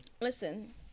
Listen